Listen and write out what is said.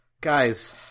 guys